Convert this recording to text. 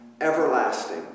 everlasting